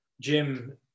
Jim